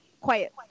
quiet